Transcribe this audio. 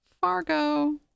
fargo